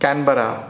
Canberra